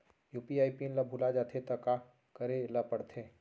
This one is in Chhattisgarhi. यू.पी.आई पिन ल भुला जाथे त का करे ल पढ़थे?